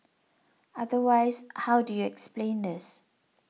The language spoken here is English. otherwise how do you explain this